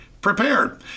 prepared